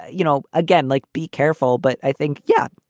you know, again, like, be careful. but i think. yeah,